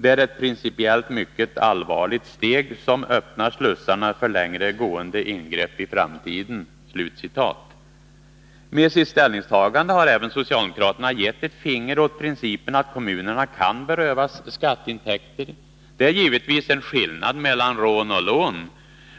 Det är ett principiellt mycket allvarligt steg, som öppnar slussarna för längre gående ingrepp i framtiden.” Med sitt ställningstagande har även socialdemokraterna givit ett finger åt principen att kommunerna kan berövas skatteintäkter. Det är givetvis en skillnad mellan rån och lån,